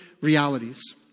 realities